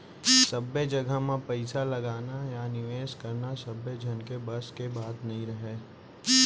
सब्बे जघा म पइसा लगाना या निवेस करना सबे झन के बस के बात नइ राहय